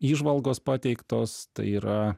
įžvalgos pateiktos tai yra